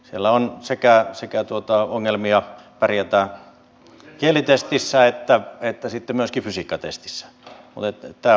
siellä on ongelmia pärjätä sekä kielitestissä että myöskin fysiikkatestissä